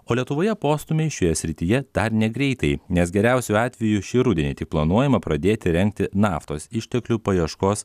o lietuvoje postūmiai šioje srityje dar negreitai nes geriausiu atveju šį rudenį tik planuojama pradėti rengti naftos išteklių paieškos